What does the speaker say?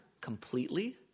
completely